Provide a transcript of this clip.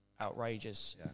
outrageous